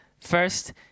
First